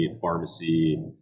pharmacy